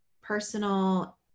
personal